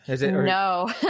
No